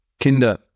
Kinder